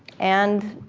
and,